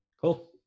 cool